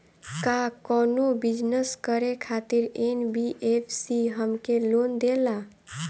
का कौनो बिजनस करे खातिर एन.बी.एफ.सी हमके लोन देला?